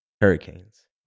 Hurricanes